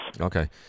Okay